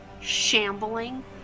shambling